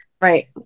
Right